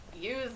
use